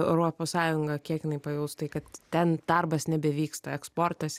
europos sąjunga kiek jinai pajaus tai kad ten darbas nebevyksta eksportas